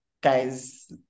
guys